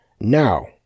Now